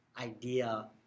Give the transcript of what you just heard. idea